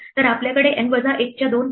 आपल्याकडे N वजा 1 च्या दोन पट आहे